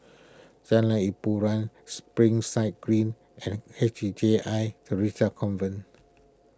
Jalan Hiboran Springside Green and H J I theresa's Convent